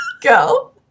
go